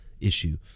issue